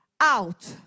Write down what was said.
out